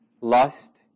lust